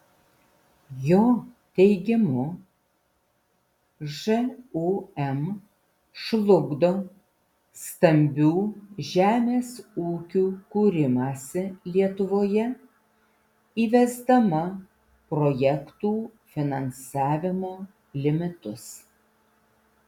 jo teigimu žūm žlugdo stambių žemės ūkių kūrimąsi lietuvoje įvesdama projektų finansavimo limitus